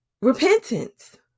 repentance